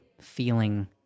feeling